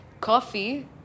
Coffee